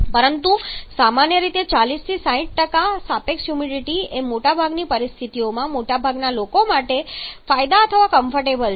પરંતુ સામાન્ય રીતે 40 થી 60 સાપેક્ષ હ્યુમિડિટી એ મોટાભાગની પરિસ્થિતિઓમાં મોટાભાગના લોકો માટે ફાયદા અથવા કમ્ફર્ટેબલ છે